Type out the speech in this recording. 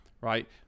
right